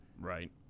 Right